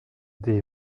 des